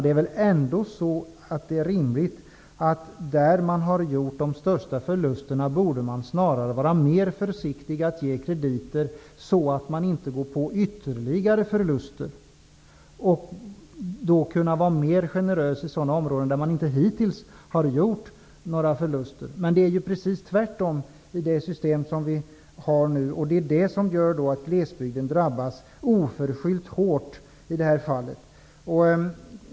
Det är väl ändå rimligt att man där man har gjort de största förlusterna är mer försiktig med att ge krediter, för att man inte skall gå på ytterligare förluster, och är mer generös i sådana områden där man hittills inte gjort några förluster. Men det är precis tvärtom i det system som vi har nu. Det gör att glesbygden drabbas oförskyllt hårt i detta fall.